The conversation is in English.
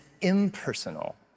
impersonal